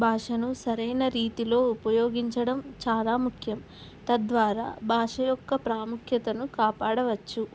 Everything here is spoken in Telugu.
భాషను సరైన రీతిలో ఉపయోగించడం చాలా ముఖ్యం తద్వారా భాష యొక్క ప్రాముఖ్యతను కాపాడవచ్చు